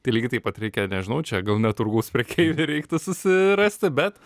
tai lygiai taip pat reikia nežinau čia gal ne turgaus prekeivį reiktų susirasti bet